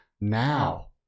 Now